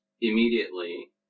immediately